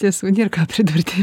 tiesų nėr ką pridurti